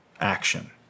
action